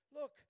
look